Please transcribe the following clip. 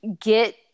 get